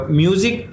music